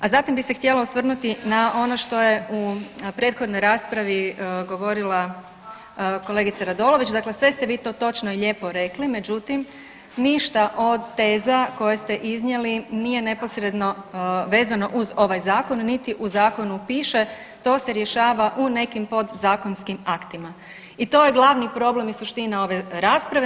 A zatim bih se htjela osvrnuti na ono što je u prethodnoj raspravi govorila kolegica Radolović, dakle sve ste vi to točno i lijepo rekli, međutim ništa od teza koje ste iznijeli nije neposredno vezano uz ovaj Zakon niti u zakonu piše, to se rješava u nekim podzakonskim aktima i to je glavni problem i suština ove rasprave.